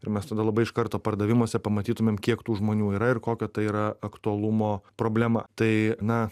ir mes tada labai iš karto pardavimuose pamatytumėm kiek tų žmonių yra ir kokio tai yra aktualumo problema tai na